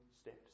steps